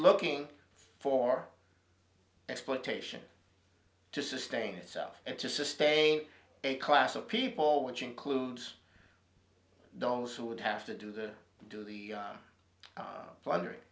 looking for exploitation to sustain itself and to sustain a class of people which includes dogs who would have to do that do the plundering